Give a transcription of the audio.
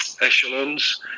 echelons